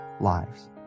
lives